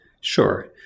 Sure